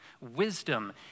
Wisdom